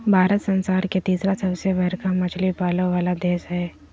भारत संसार के तिसरा सबसे बडका मछली पाले वाला देश हइ